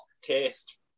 taste